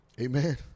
Amen